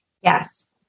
Yes